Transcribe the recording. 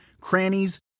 crannies